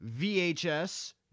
VHS